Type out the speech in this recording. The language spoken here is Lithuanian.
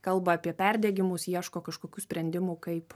kalba apie perdegimus ieško kažkokių sprendimų kaip